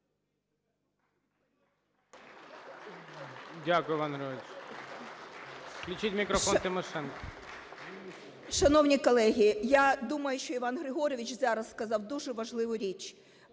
Дякую, Іван Григорович. Включіть мікрофон Тимошенко. 13:24:19 ТИМОШЕНКО Ю.В. Шановні колеги, я думаю, що Іван Григорович зараз сказав дуже важливу річ.